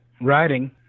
writing